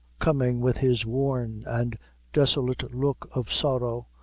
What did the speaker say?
coming with his worn and desolate look of sorrow,